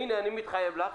הנה, אני מתחייב לך